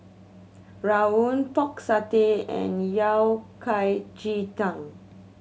rawon Pork Satay and Yao Cai ji tang